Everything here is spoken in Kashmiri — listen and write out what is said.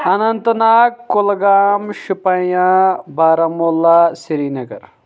اننت ناگ کُلگام شُپَیاں بارہمولہ سرینگر